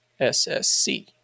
SSC